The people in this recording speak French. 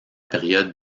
période